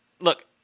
look